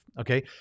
okay